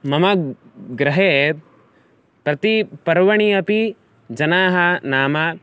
मम गृहे प्रतिपर्वणि अपि जनाः नाम